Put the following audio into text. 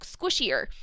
squishier